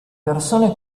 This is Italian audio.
persone